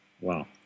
Wow